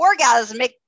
orgasmic